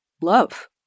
love